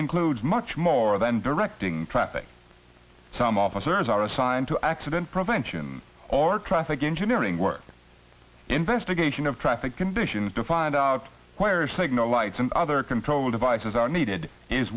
includes much more than directing traffic some officers are assigned to accident prevention or traffic engineering work investigation of traffic conditions to find out where signal lights and other control devices are needed is